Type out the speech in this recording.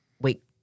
wait